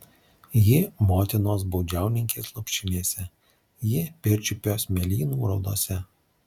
ji motinos baudžiauninkės lopšinėse ji pirčiupio smėlynų raudose